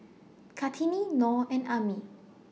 Kartini Nor and Ammir